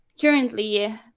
currently